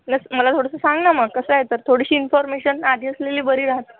मलास मला थोडंसं सांग ना मग कसं आहे तर थोडीशी इन्फॉर्मेशन आधीच असलेली बरी राहते